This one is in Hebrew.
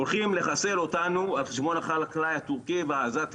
הולכים לחסל אותנו על חשבון החקלאי הטורקי והעזתי